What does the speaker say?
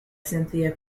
cynthia